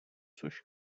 což